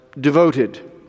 devoted